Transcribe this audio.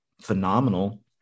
phenomenal